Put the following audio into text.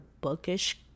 bookish